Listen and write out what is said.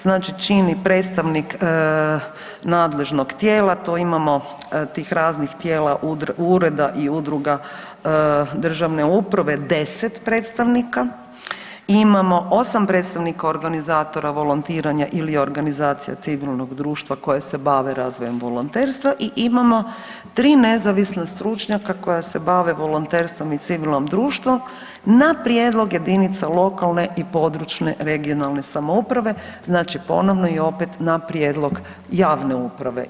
Znači čini predstavnik nadležnog tijela, to imamo tih raznih tijela, ureda i udruga državne uprave 10 predstavnika i imamo 8 predstavnika organizatora volontiranja ili organizacija civilnog društva koja se bave razvojem volonterstva i imamo 3 nezavisna stručnjaka koja se bave volonterstvom i civilnom društvo na prijedlog jedinica lokalne i područne regionalne samouprave, znači ponovno i opet na prijedlog javne uprave.